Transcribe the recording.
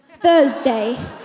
Thursday